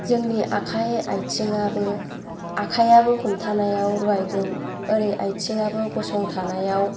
जोंनि आखाइ आथिङाबो आखाइयाबो हमथानायाव रुवायगोन ओरै आथिङाबो गसंथानायाव